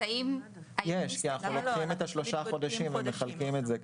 כי אנחנו לוקחים את שלושת חודשים ומחלקים את זה,